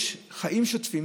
יש חיים שוטפים,